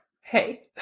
Hey